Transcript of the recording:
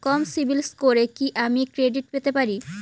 কম CIBIL স্কোরে কি আমি ক্রেডিট পেতে পারি?